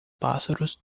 pássaros